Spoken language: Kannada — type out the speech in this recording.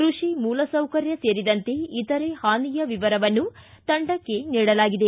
ಕೃಷಿ ಮೂಲಸೌಕರ್ಯ ಸೇರಿದಂತೆ ಇತರ ಹಾನಿಯ ವಿವರವನ್ನು ತಂಡಕ್ಕೆ ನೀಡಲಾಗಿದೆ